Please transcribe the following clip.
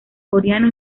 coreano